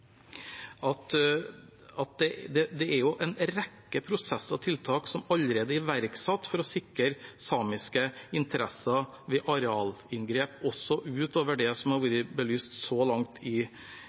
er en rekke prosesser og tiltak som allerede er iverksatt for å sikre samiske interesser ved arealinngrep, også utover det som har